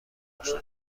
اشنا